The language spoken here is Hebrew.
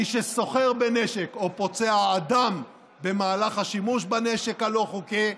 מי שסוחר בנשק או פוצע אדם במהלך השימוש בנשק הלא-חוקי,